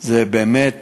זה באמת